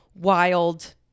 wild